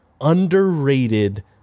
underrated